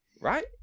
right